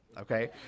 okay